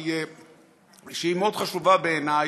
שהיא מאוד חשובה בעיניי.